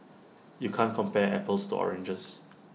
you can't compare apples to oranges